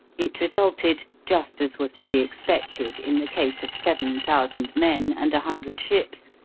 it resulted just as was to be expected in the case of seven thousand men, and a hundred ships,